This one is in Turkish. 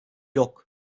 yok